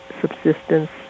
subsistence